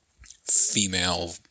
female